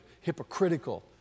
hypocritical